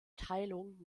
teilung